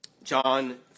John